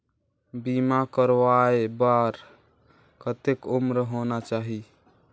बीमा करवाय बार कतेक उम्र होना चाही?